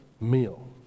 meal